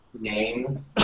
name